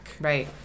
Right